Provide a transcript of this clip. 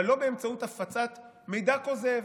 אבל לא באמצעות הפצת מידע כוזב.